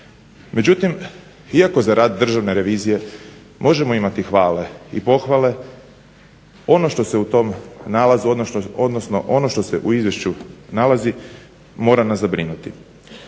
Međutim, iako za rad Državne revizije možemo imati hvale i pohvale ono što se u tom nalazu, odnosno